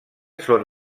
són